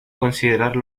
considerar